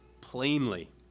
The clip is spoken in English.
plainly